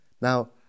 Now